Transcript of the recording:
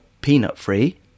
peanut-free